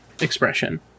expression